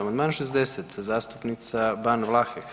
Amandman 60. zastupnica Ban Vlahek.